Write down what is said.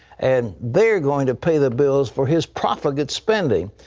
and they're going to pay the bills for his profligate spending.